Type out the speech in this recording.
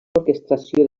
orquestració